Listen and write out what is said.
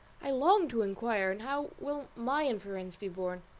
i long to inquire and how will my interference be borne.